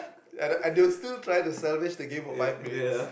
and they will still try to salvage the game for five minutes